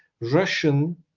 Russian